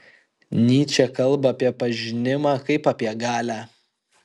nyčė kalba apie pažinimą kaip apie galią